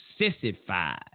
sissified